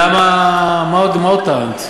למה מה עוד טענת?